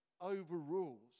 overrules